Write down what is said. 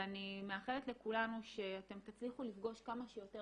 ואני מאחלת לכולנו שאתם תצליחו לפגוש כמה שיותר